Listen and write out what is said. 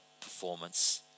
performance